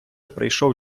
прийшов